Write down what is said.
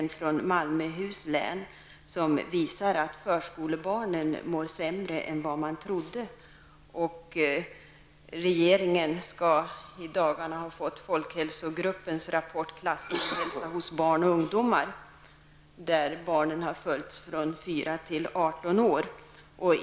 Av denna undersökning framgår att förskolebarnen mår sämre än vad man har trott. Vidare skall regeringen i dagarna ha fått folkhälsogruppens rapport ''Klass och ohälsa hos barn och ungdomar''. Man har följt barn och ungdomar i åldrarna 4--18 år.